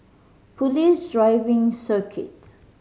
Police Driving Circuit